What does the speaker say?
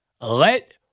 let